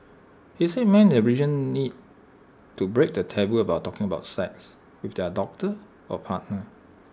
he said men in the region need to break the taboo about talking about sex with their doctor or partner